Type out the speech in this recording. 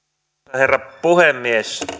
herra puhemies